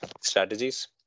strategies